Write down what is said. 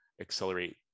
accelerate